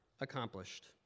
accomplished